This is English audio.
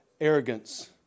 arrogance